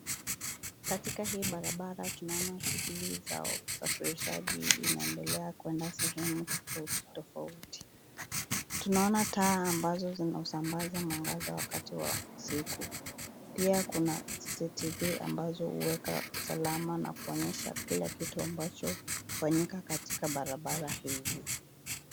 Katika hii barabara tunaona shughuli za usafirishaji inaendelea kuenda sehemu tafauti tafauti. Tunaona taa ambazo zinausambaza mwangaza wakati wa usiku pia kuna CCTV ambazo uweka usalama na kuonyesha kila kitu amabcho ufanyika katika barabara hizi.